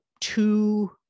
two